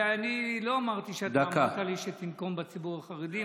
אני לא אמרתי שאתה אמרת לי שתנקום בציבור החרדי.